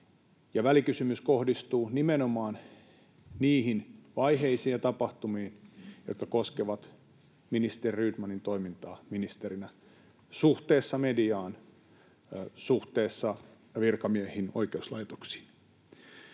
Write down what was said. välikysymys kohdistuu nimenomaan niihin vaiheisiin ja tapahtumiin, jotka koskevat ministeri Rydmanin toimintaa ministerinä, suhteessa mediaan ja suhteessa virkamiehiin ja oikeuslaitokseen.